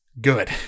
Good